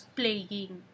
playing